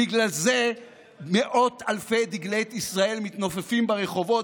בגלל זה מאות אלפי דגלי ישראל מתנופפים ברחובות,